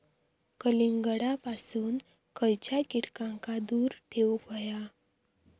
कलिंगडापासून खयच्या कीटकांका दूर ठेवूक व्हया?